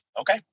okay